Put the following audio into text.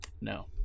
No